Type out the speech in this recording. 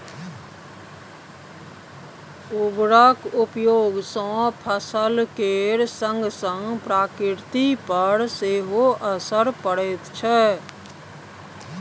उर्वरकक उपयोग सँ फसल केर संगसंग प्रकृति पर सेहो असर पड़ैत छै